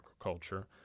agriculture